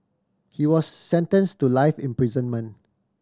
he was sentence to life imprisonment